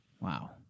Wow